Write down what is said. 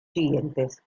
siguientes